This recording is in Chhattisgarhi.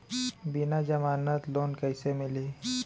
बिना जमानत लोन कइसे मिलही?